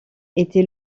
était